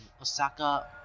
Osaka